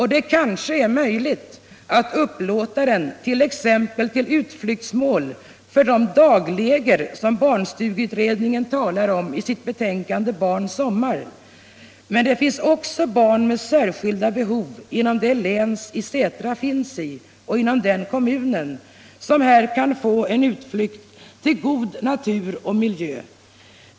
Det kanske är möjligt att upplåta den exempelvis till utflyktsmål för de dagläger som barnstugeutredningen talar om i sitt betänkande Barns sommar. Men det finns även barn med särskilda behov inom det län där Sätra ligger och inom den kommunen, som här kan få ett utflyktsmål i god natur och miljö.